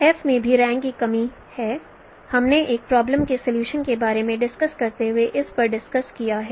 F में भी rank की कमी है हमने एक प्रॉब्लम के सॉल्यूशन के बारे में डिस्कस करते हुए इस पर डिस्कस्ड किया है